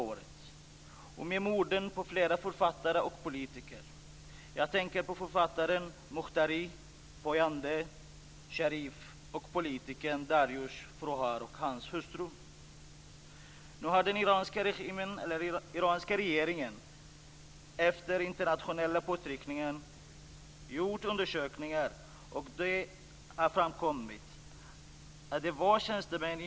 Det finns böcker om mänskliga rättigheter och också kritiska analyser av 90 talets tillväxtpolitik. Anders Mellbourn har uttryckt i en rapport från Utrikespolitiska institutet att "när den öppnare samhällsdebatten riktar in sig mot politikens kärna och enpartiväldet sätter regimen stopp. Utdömande av dödsstraff tillhör vardagen i domstolarna."